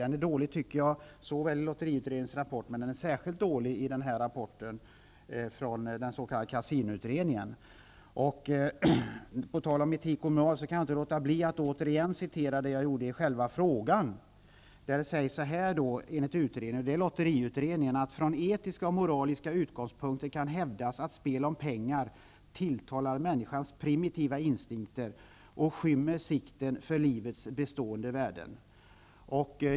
Den är dålig i lotteriutredningens rapport, men den är särskilt dålig i rapporten från den s.k. På tal om etik och moral kan jag inte låta bli att återigen citera det jag tog upp i själva frågan. I lotteriutredningens rapport skriver man: ''Från etiska och moraliska utgångspunkter kan hävdas att spel om pengar tilltalar människans primitiva instinkter och skymmer sikten för livets bestående värden.''